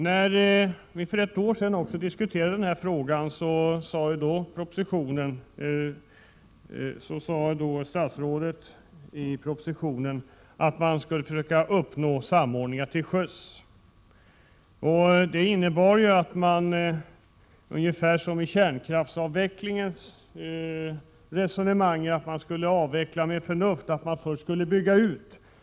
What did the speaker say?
När vi för ett år sedan diskuterade den här frågan sade statsrådet i propositionen att man skulle försöka uppnå samordning till sjöss. Det innebar, ungefär som i resonemanget om att avveckla kärnkraften med förnuft, att man först skulle bygga ut.